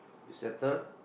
you settle